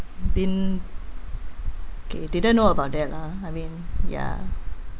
didn't okay know about that lah I mean ya